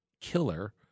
killer